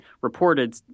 reported